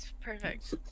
perfect